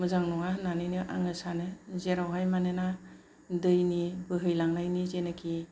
मोजां नङा होननानैनो आङो सानो जेरावहाय मानोना दैनि बोहैलांनायनि जेनोखि